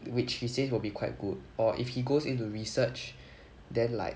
which he says will be quite good or if he goes into research then like